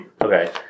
Okay